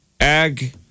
ag